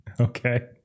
Okay